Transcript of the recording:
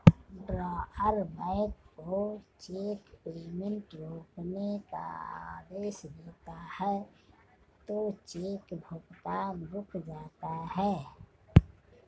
drawer bank को cheque payment रोकने का आदेश देता है तो चेक भुगतान रुक जाता है